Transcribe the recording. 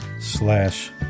slash